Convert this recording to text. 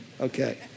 Okay